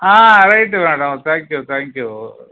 ah right madam thank you thank you